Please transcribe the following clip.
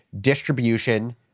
distribution